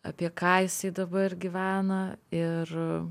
apie ką jisai dabar gyvena ir